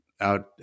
out